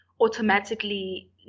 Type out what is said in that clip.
automatically